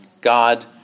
God